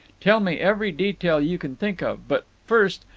tell me every detail you can think of, but, first,